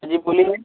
हाँ जी बोलिए